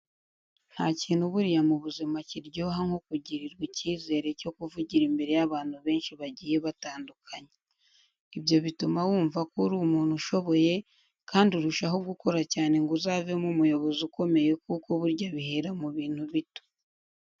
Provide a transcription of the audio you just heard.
Nta kintu buriya mu buzima kiryoha nko kugirirwa icyizere cyo kuvugira imbere y'abantu benshi bagiye batandukanye. Ibyo bituma wumva ko uri umuntu ushoboye kandi ukarushaho gukora cyane ngo uzavemo umuyobozi ukomeye kuko burya bihera mu bintu bito.